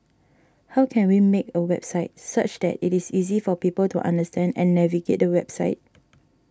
how can we make a website such that it is easy for people to understand and navigate the website